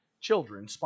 children